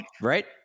right